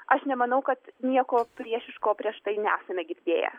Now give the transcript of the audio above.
aš nemanau kad nieko priešiško prieš tai nesame girdėję